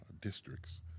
districts